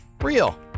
Real